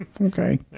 okay